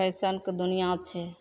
फैशनके दुनिआँ छै